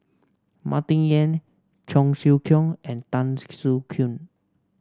Martin Yan Cheong Siew Keong and Tan Soo Khoon